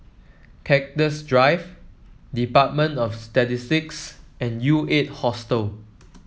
Cactus Drive Department of Statistics and U Eight Hostel